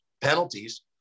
penalties